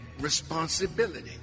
responsibility